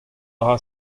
dra